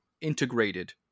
integrated